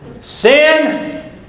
Sin